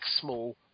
small